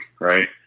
right